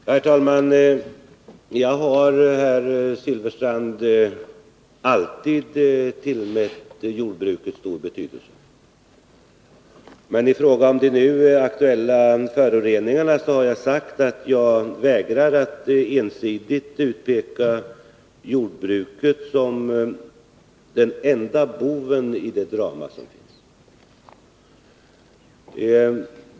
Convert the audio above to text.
Herr talman! Jag har, herr Silfverstrand, alltid tillmätt jordbruket stor betydelse. I fråga om de nu aktuella föroreningarna har jag sagt att jag vägrar att ensidigt utpeka jordbruket som den enda boven i detta drama.